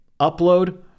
upload